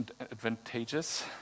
advantageous